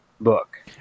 book